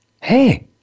hey